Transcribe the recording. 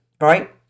right